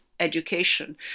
Education